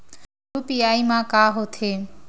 UPI मा का होथे?